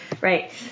Right